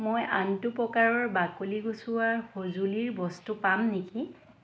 মই আনটো প্ৰকাৰৰ বাকলি গুচোৱা সঁজুলিৰ বস্তু পাম নেকি